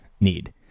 need